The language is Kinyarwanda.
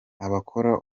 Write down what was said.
abakora